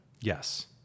Yes